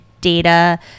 data